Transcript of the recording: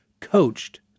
coached